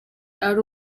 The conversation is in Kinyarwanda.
ari